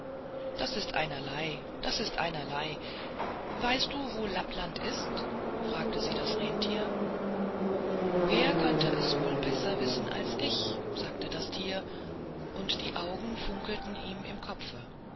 das ist einerlei das ist einerlei weißt du wo lappland ist fragte sie das renntier wer könnte es wohl besser wissen als ich sagte das tier und die augen funkelten ihm im kopfe